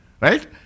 Right